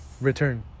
return